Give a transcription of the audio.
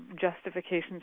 justifications